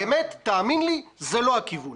באמת, תאמין לי, זה לא הכיוון.